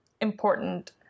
important